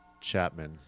Chapman